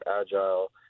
agile